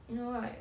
you know right